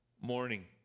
morning